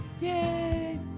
Yay